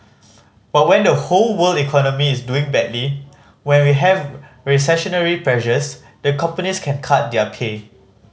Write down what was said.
but when the whole world economy is doing badly when we have recessionary pressures the companies can cut their pay